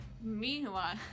Meanwhile